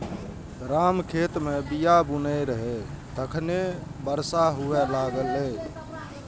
राम खेत मे बीया बुनै रहै, तखने बरसा हुअय लागलै